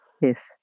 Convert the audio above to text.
yes